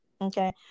Okay